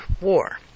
war